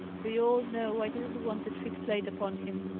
they all know i didn't want the trick played upon him.